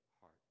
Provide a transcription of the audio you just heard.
heart